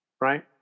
Right